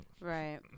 Right